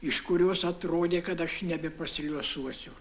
iš kurios atrodė kad aš nebe pasiliuosuosiu